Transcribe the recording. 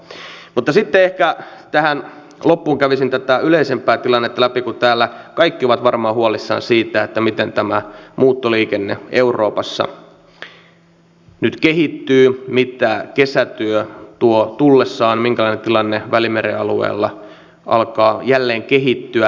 mutta sitten ehkä tähän loppuun kävisin tätä yleisempää tilannetta läpi kun täällä kaikki ovat varmaan huolissaan siitä miten tämä muuttoliikenne euroopassa nyt kehittyy mitä kesätyö tuo tullessaan minkälainen tilanne välimeren alueella alkaa jälleen kehittyä